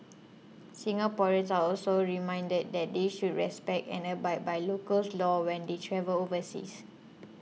Singaporeans are also reminded that they should respect and abide by local's laws when they travel overseas